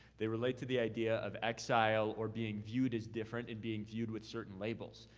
they relate to the idea of exile or being viewed as different and being viewed with certain labels.